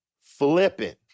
flipping